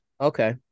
okay